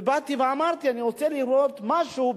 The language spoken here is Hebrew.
ואמרתי שאני רוצה לראות משהו,